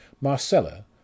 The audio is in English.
Marcella